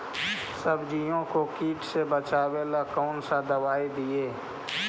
सब्जियों को किट से बचाबेला कौन सा दबाई दीए?